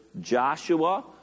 Joshua